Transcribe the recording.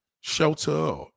Shelter